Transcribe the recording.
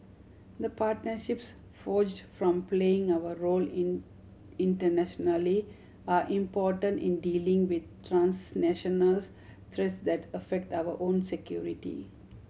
the partnerships forged from playing our role in internationally are important in dealing with transnational threats that affect our own security